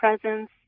presence